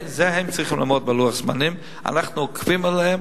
הם צריכים לעמוד בלוח זמנים ואנחנו עוקבים אחרי זה.